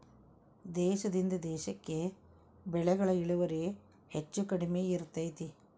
ದೇಶದಿಂದ ದೇಶಕ್ಕೆ ಬೆಳೆಗಳ ಇಳುವರಿ ಹೆಚ್ಚು ಕಡಿಮೆ ಇರ್ತೈತಿ